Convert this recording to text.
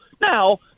now